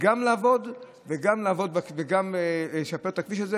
גם לעבוד וגם לשפר את הכביש הזה,